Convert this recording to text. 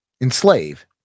enslave